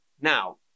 Now